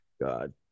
god